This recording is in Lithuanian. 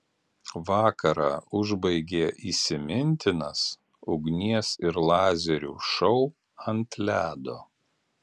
vakarą užbaigė įsimintinas ugnies ir lazerių šou ant ledo